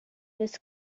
was